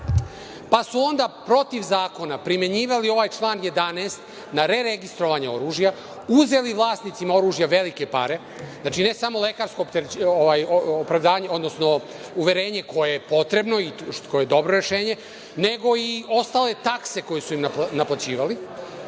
pa su onda protiv zakona primenjivali ovaj član 11. na preregistrovanje oružja, uzeli vlasnicima oružja velike pare, znači, ne samo lekarsko uverenje koje je potrebno, i koje je dobro rešenje, nego i ostale takse koje su im naplaćivali